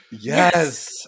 Yes